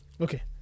Okay